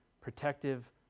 protective